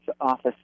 office